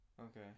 Okay